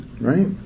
right